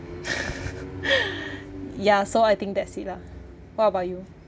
ya so I think that's it lah what about you